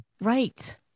Right